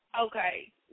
Okay